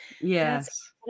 Yes